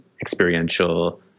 experiential